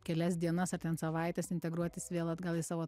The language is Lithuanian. kelias dienas ar ten savaites integruotis vėl atgal į savo